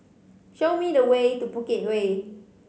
show me the way to Bukit Way